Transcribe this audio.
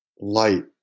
light